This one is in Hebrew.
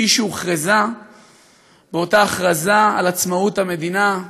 כפי שהוכרזה באותה הכרזה על עצמאות המדינה,